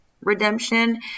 redemption